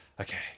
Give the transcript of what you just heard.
okay